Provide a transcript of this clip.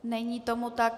Není tomu tak.